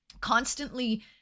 constantly